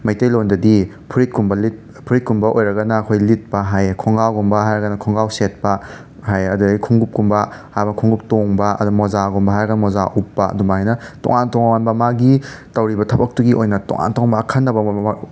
ꯃꯩꯇꯩꯂꯣꯟꯗꯗꯤ ꯐꯨꯔꯤꯠ ꯀꯨꯝꯕ ꯂꯤꯠ ꯐꯨꯔꯤꯠ ꯀꯨꯝꯕ ꯑꯣꯏꯔꯒꯅ ꯑꯈꯣꯏ ꯂꯤꯠꯄ ꯍꯥꯏꯌꯦ ꯈꯣꯡꯒꯥꯎꯒꯨꯝꯕ ꯈꯥꯏꯔꯒꯅ ꯈꯣꯡꯒꯥꯎ ꯁꯦꯠꯄ ꯍꯥꯏꯌꯦ ꯑꯗꯨꯗꯩ ꯈꯨꯡꯎꯞ ꯀꯨꯝꯕ ꯈꯨꯡꯎꯞ ꯇꯣꯡꯕ ꯑꯗꯣ ꯃꯣꯖꯥꯒꯨꯝꯕ ꯍꯥꯏꯔꯒ ꯃꯣꯖꯥ ꯎꯞꯄ ꯑꯗꯨꯃꯥꯏꯅ ꯇꯣꯉꯥꯟ ꯇꯣꯉꯥꯟꯕ ꯃꯥꯒꯤ ꯇꯧꯔꯤꯕ ꯊꯕꯛꯇꯨꯒꯤ ꯑꯣꯏꯅ ꯇꯣꯉꯥꯟ ꯇꯣꯉꯥꯟꯕ ꯑꯈꯟꯅꯕ ꯋꯥ